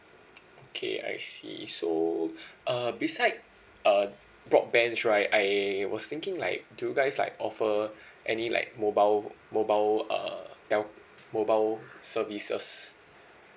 okay I see so uh beside err broadbands right I was thinking like do you guys like offer any like mobile mobile err tel~ mobile services